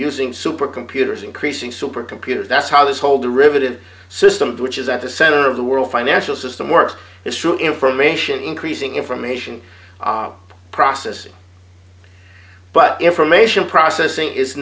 using supercomputers increasing supercomputers that's how this whole derivative system which is at the center of the world financial system works it's true information increasing information processing but information processing is